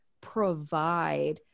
provide